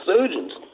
Surgeons